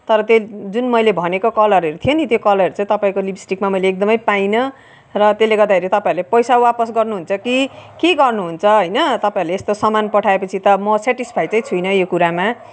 तर त्यहाँ जुन मैले भनेको कलरहरू थियो नि त्यो कलरहरू चाहिँ तपाईँको लिपस्टिकमा मैले एकदम पाइनँ र त्यसले गर्दाखेरि तपाईँहरूले पैसा वापस गर्नु हुन्छ कि के गर्नु हुन्छ होइन तपाईँहरूले यस्तो सामान पठाए पछि त म सेटिस्फाइ चाहिँ छैन यो कुरामा